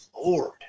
lord